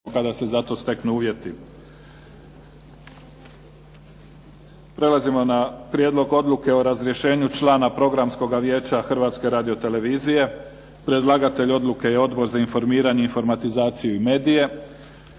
**Mimica, Neven (SDP)** Prelazimo na - Prijedlog Odluke o razrješenju člana Programskog vijeća Hrvatske radio televizije Predlagatelj odluke je Odbor za informiranje, informatizaciju i medije.